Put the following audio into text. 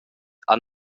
han